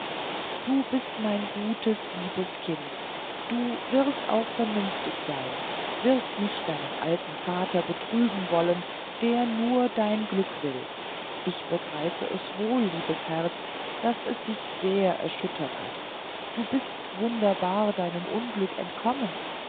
du bist mein gutes liebes kind du wirst auch vernünftig sein wirst nicht deinen alten vater betrüben wollen der nur dein glück will ich begreife es wohl liebes herz daß es dich sehr erschüttert hat du bist wunderbar deinem unglück entkommen